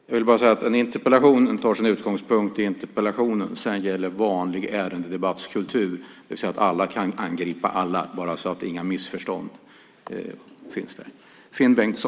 Jag vill bara säga att en interpellationsdebatt tar sin utgångspunkt i interpellationen. Sedan gäller vanlig ärendedebattskultur, det vill säga att alla kan angripa alla. Detta sagt så att inga missförstånd föreligger.